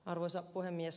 arvoisa puhemies